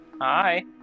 Hi